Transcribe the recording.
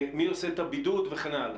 מי עושה את הבידוד וכן הלאה.